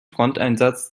fronteinsatz